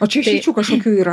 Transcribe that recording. o čia išeičių kašokių yra